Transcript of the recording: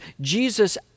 Jesus